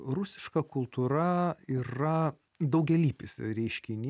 rusiška kultūra yra daugialypis reiškinys